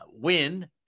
win